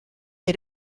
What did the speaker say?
had